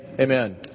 Amen